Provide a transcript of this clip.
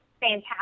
fantastic